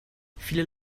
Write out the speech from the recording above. viele